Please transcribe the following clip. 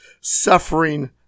suffering